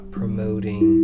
promoting